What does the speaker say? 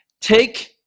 take